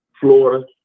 Florida